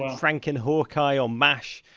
frank and hawkeye on mash,